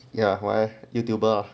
ya why youtuber